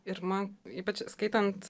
ir man ypač skaitant